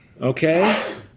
Okay